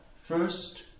first